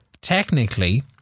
Technically